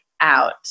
out